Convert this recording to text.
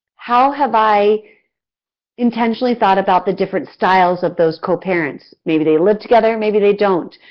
how have i intentionally thought about the different styles of those co-parents? maybe they live together, maybe they don't.